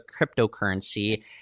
cryptocurrency